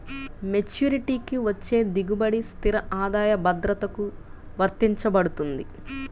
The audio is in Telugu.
మెచ్యూరిటీకి వచ్చే దిగుబడి స్థిర ఆదాయ భద్రతకు వర్తించబడుతుంది